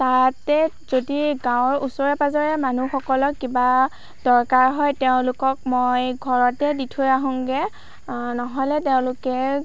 তাতে যদি গাঁৱৰ ওচৰে পাঁজৰে মানুহসকলক কিবা দৰকাৰ হয় তেওঁলোকক মই ঘৰতে দি থৈ আহোঁগে নহ'লে তেওঁলোকে